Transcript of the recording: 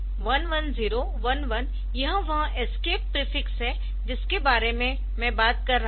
11011 यह वह escape prefix है जिसके बारे में मैं बात कर रहा था